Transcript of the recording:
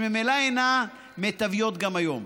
שממילא אינן מיטביות גם היום.